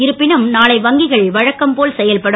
இருப்பினும் நாளை வங்கிகள் வழக்கம் போல் செயல்படும்